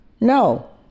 No